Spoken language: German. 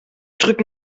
drück